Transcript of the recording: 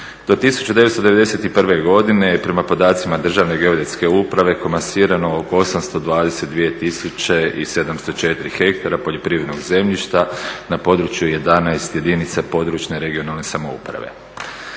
Do 1991. godine je prema podaci Državne geodetske upravo komasirano oko 822 704 hektara poljoprivrednog zemljišta na području 11 jedinica područne regionalne samouprave.